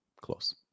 Close